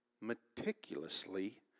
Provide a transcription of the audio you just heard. meticulously